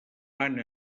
van